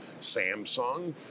Samsung